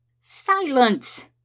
Silence